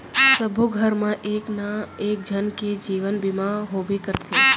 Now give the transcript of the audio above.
सबो घर मा एक ना एक झन के जीवन बीमा होबे करथे